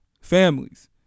families